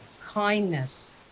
kindness